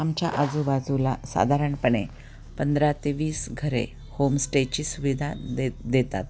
आमच्या आजूबाजूला साधारणपणे पंधरा ते वीस घरे होमस्टेची सुविधा द देतात